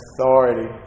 authority